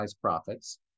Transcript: profits